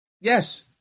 Yes